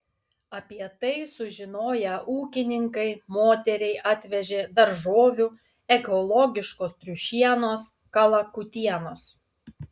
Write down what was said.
apie tai sužinoję ūkininkai moteriai atvežė daržovių ekologiškos triušienos kalakutienos